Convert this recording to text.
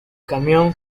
camión